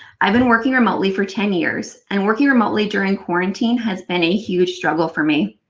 i've been working remotely for ten years, and working remotely during quarantine has been a huge struggle for me.